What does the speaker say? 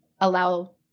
allow